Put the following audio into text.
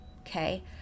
okay